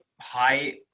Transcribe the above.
high –